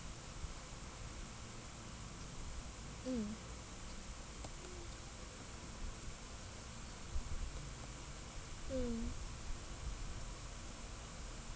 mm mm